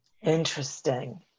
Interesting